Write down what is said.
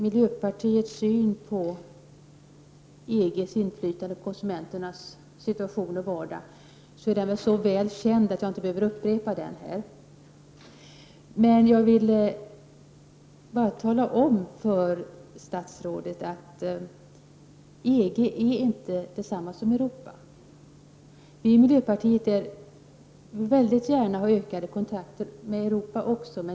Miljöpartiets syn på EG:s inflytande över konsumenternas situation och vardag är så välkänd att jag inte ännu en gång behöver redovisa den. Men jag vill ändå tala om för statsrådet att EG inte är detsamma som Europa. Också vi i miljöpartiet vill väldigt gärna ha ökade kontakter med Europa, hela Europa.